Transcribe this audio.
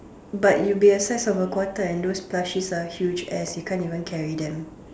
but you be size of a quarter and those plushiest are huge as you can't even carry them